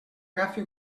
agafi